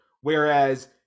whereas